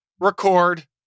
record